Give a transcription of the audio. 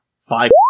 five